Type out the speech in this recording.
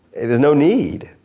there's no need.